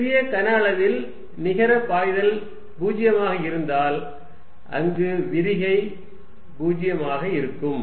ஒரு சிறிய கன அளவில் நிகர பாய்தல் 0 ஆக இருந்தால் அங்கு விரிகை 0 ஆக இருக்கும்